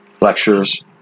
lectures